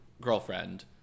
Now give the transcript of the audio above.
girlfriend